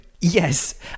yes